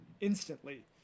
instantly